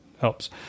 helps